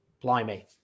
Blimey